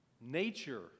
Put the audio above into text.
nature